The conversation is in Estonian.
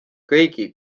kõigi